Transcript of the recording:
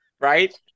Right